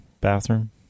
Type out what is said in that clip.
bathroom